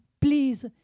please